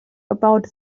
about